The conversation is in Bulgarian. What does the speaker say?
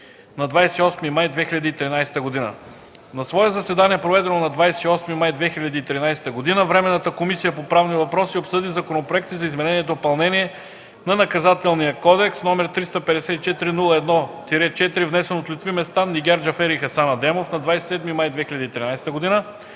на 28 май 2013 г. На свое заседание, проведено на 28 май 2013 г., Временната комисия по правни въпроси обсъди законопроекти за изменение и допълнение на Наказателния кодекс, № 354-01-4, внесен от Лютви Местан, Нигяр Джафер и Хасан Адемов на 27 май 2013 г.,